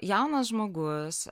jaunas žmogus